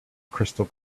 crystal